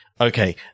okay